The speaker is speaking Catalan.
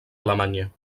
alemanya